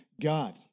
God